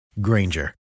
Granger